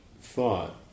thought